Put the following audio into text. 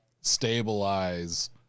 stabilize